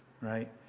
right